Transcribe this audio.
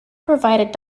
provided